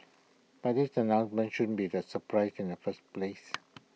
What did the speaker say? but this announcement shouldn't be A surprise in the first place